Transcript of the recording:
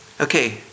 Okay